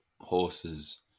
horses